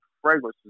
fragrances